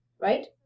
right